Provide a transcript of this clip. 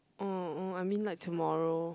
oh oh I mean like tomorrow